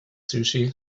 sushi